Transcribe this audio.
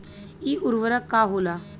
इ उर्वरक का होला?